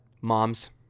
Mom's